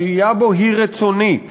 השהייה בו היא רצונית.